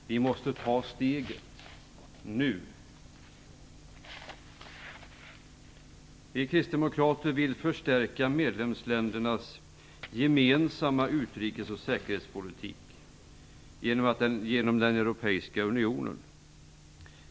Vi måste ta steget nu! Vi kristdemokrater vill förstärka medlemsländernas gemensamma utrikes och säkerhetspolitik genom den europeiska unionen.